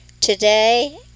Today